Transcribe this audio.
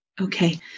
Okay